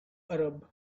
arab